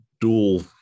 dual